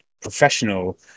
professional